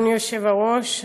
אדוני היושב-ראש,